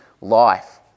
life